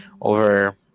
over